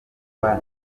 mba